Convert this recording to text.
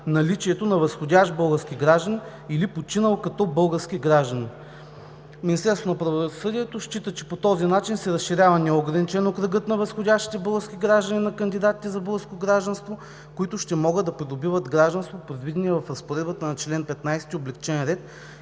„наличието на възходящ български гражданин или починал като български гражданин“. Министерството на правосъдието счита, че по този начин се разширява неограничено кръгът на възходящите български граждани, на кандидатите за българско гражданство, които ще могат да придобиват гражданство, предвидени в разпоредбата на чл. 15 – облекчен ред,